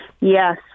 Yes